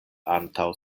antaŭ